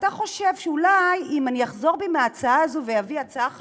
ואתה חושב שאולי אם אני אחזור בי מההצעה הזו ואביא הצעה חלופית,